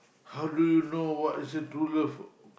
how do you know what is a true love